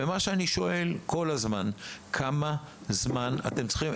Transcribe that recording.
ומה שאני שואל כל הזמן זה כמה זמן אתם צריכים.